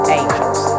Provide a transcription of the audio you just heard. angels